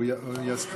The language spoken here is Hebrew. הוא רק רוצה את הסכמתך.